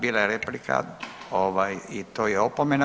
Bila je replika i to je opomena.